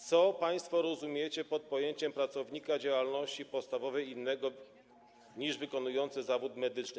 Co państwo rozumiecie pod pojęciem pracownika działalności podstawowej innego niż wykonujący zawód medyczny?